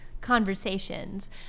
conversations